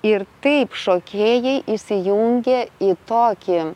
ir taip šokėjai įsijungė į tokį